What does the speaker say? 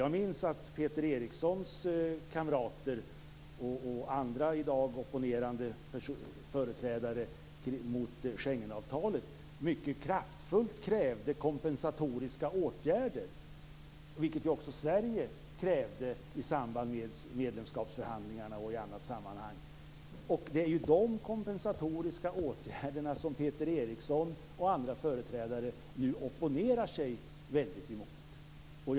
Jag minns att Peter Erikssons kamrater och andra som i dag opponerar sig mot Schengenavtalet mycket kraftfullt krävde kompensatoriska åtgärder, vilket ju också Sverige krävde i samband med medlemskapsförhandlingarna och i andra sammanhang. Det är de kompensatoriska åtgärderna som Peter Eriksson och andra nu opponerar sig väldigt emot.